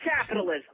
capitalism